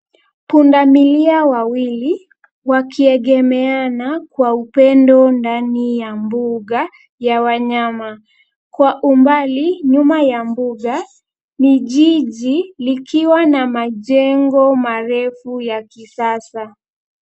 Punda milia wawili, wakiegemeana, kwa upendo ndani ya mbunga ya wanyama. Kwa umbali, nyuma ya mbunga, ni jiji, likiwa na majengo marefu ya kisasa.